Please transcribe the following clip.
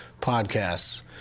podcasts